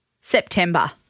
September